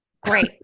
Great